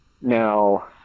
now